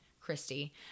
christy